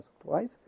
twice